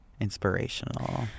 inspirational